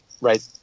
right